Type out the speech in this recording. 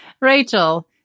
Rachel